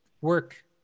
work